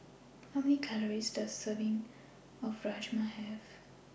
How Many Calories Does A Serving of Rajma Have